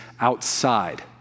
outside